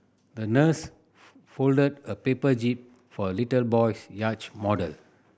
the nurse folded a paper jib for a little boy's yacht model